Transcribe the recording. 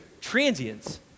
transients